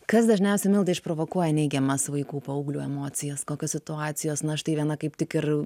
kas dažniausiai milda išprovokuoja neigiamas vaikų paauglių emocijas kokios situacijos na štai viena kaip tik ir